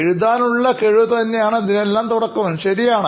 എഴുതാനുള്ള കഴിവ് തന്നെയാണ് ഇതിനെല്ലാം തുടക്കംശരിയാണ്